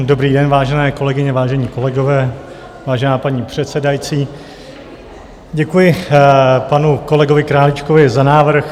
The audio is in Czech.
Dobrý den, vážené kolegyně, vážení kolegové, vážená paní předsedající, děkuji panu kolegovi Králíčkovi za návrh.